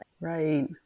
right